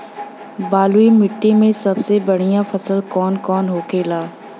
बलुई मिट्टी में सबसे बढ़ियां फसल कौन कौन होखेला?